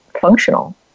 functional